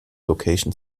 location